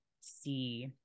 see